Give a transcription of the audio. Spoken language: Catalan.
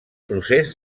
procés